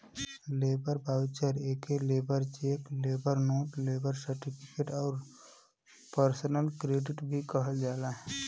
labour voucher एके labour cheque, labour note, labour certificate आउर personal credit भी कहल जाला